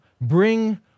bring